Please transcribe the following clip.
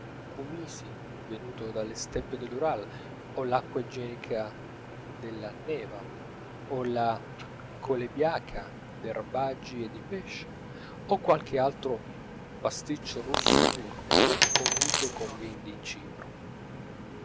kumysy venuto dalle steppe dell'ural o l'acqua igienica della neva o la colebiaka d'erbaggi e di pesce o qualche altro pasticcio russo turco condito con vin di cipro